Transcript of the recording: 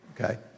okay